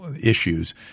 issues